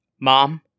Mom